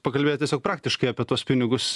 pakalbėt tiesiog praktiškai apie tuos pinigus